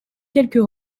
quelques